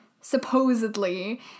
supposedly